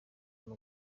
uyu